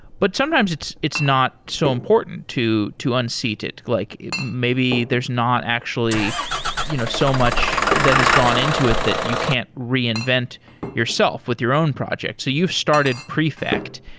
but sometimes it's it's not so important to to unseat it, like maybe there's not actually you know so so much that has gone into it that you can't reinvent yourself with your own project. so you've started prefect,